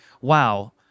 wow